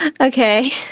Okay